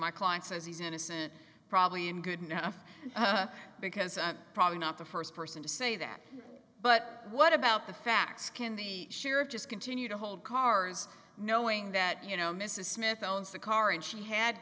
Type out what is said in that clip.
my client says he's innocent probably i'm good enough because i'm probably not the first person to say that but what about the facts can the sheriff just continue to hold cars knowing that you know mrs smith owns the car and she had